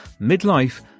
midlife